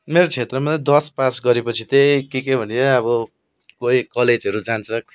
मेरो क्षेत्रमा दस पास गरेपछि त्यही के के भने अब कोही कलेजहरू जान्छ